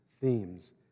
themes